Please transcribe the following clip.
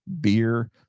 Beer